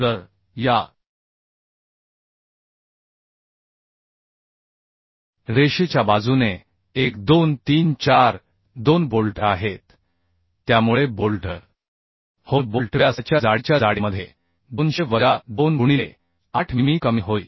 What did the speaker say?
तर या रेषेच्या बाजूने 1 2 3 4 2 बोल्ट आहेत त्यामुळे बोल्ट होल बोल्ट व्यासाच्या जाडीच्या जाडीमध्ये 200 वजा 2 गुणिले 8 मिमी कमी होईल